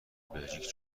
بلژیک